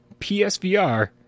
PSVR